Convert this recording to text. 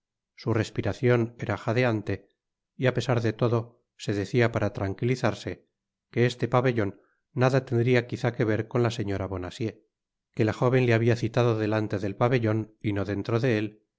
su respiracion era jadeante y á pesar de todo se decia para tranquilizarse que este pabellon nada tendria quizá que ver con la señora bonacieux que la jóven le habia citado delante del pabellon y no dentro de él